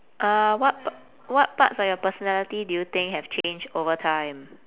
uh what p~ what parts of your personality do you think have changed over time